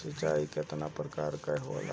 सिंचाई केतना प्रकार के होला?